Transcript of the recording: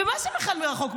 ומה זה בכלל מרחוק?